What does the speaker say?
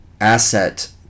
asset